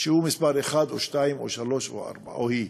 שהוא מספר, 1 או 2 או 3 או 4, הוא או היא.